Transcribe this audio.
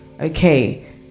okay